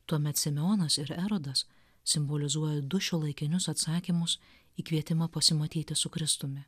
tuomet simeonas ir erodas simbolizuoja du šiuolaikinius atsakymus į kvietimą pasimatyti su kristumi